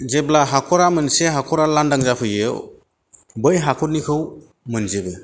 जेब्ला हखरा मोनसे हाखरा लान्दां जाफैयो बै हाखरनिखौ मोनजोबो